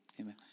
Amen